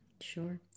Sure